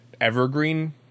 evergreen